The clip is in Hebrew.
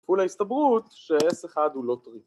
‫פול ההסתברות ש-1 הוא לא טוריד.